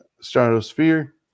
Stratosphere